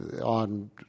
on